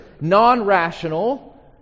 non-rational